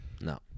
No